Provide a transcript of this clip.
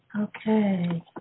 Okay